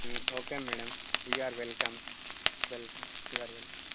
okay madam we are welcome welcome you are welcome